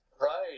Right